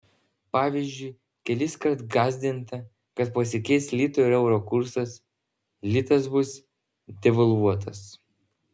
pavyzdžiui keliskart gąsdinta kad pasikeis lito ir euro kursas litas bus devalvuotas